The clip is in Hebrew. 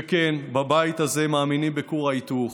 וכן, בבית הזה מאמינים בכור ההיתוך.